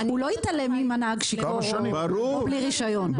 הוא לא יתעלם אם הנהג שיכור או בלי רישיון.